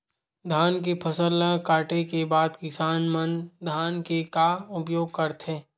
धान के फसल ला काटे के बाद किसान मन धान के का उपयोग करथे?